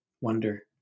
wonder